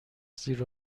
زیر